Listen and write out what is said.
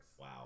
Wow